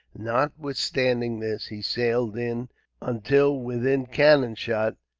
notwithstanding this, he sailed in until within cannon shot,